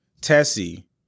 Tessie